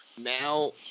now